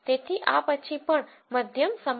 તેથી આ પછી પણ મધ્યમ સમાન હશે